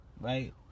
right